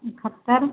एकहत्तरि